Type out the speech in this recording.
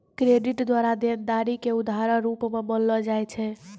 credit द्वारा देनदारी के उधारो रूप मे मानलो जाय छै